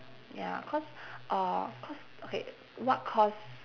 ya cause uh cause okay what cause